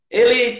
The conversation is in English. ele